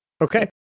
Okay